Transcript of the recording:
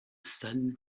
san